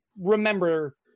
remember